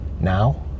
now